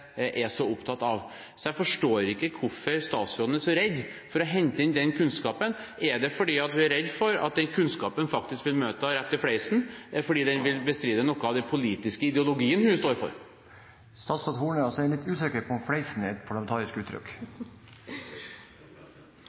er så opptatt av. Jeg forstår ikke hvorfor statsråden er så redd for å hente inn den kunnskapen. Er det fordi hun er redd for at den kunnskapen faktisk vil møte henne rett i fleisen, fordi den vil bestride noe av den politiske ideologien hun står for? Presidenten er litt usikker på om «fleisen» er et parlamentarisk uttrykk.